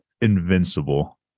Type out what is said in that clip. invincible